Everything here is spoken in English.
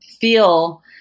feel